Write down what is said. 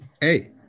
Hey